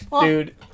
Dude